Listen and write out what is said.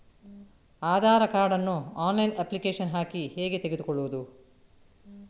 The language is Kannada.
ಆಧಾರ್ ಕಾರ್ಡ್ ನ್ನು ಆನ್ಲೈನ್ ಅಪ್ಲಿಕೇಶನ್ ಹಾಕಿ ಹೇಗೆ ತೆಗೆದುಕೊಳ್ಳುವುದು?